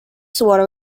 swallow